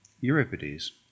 Euripides